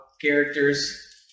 characters